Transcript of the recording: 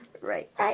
Right